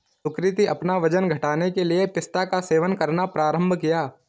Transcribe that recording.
सुकृति अपना वजन घटाने के लिए पिस्ता का सेवन करना प्रारंभ किया